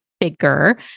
bigger